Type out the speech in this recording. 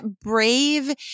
Brave